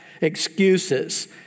excuses